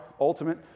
ultimate